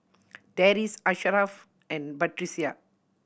Deris Asharaff and Batrisya